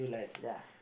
ya